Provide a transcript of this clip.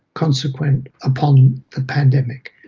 consequent upon the pandemic.